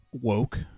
woke